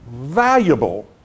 valuable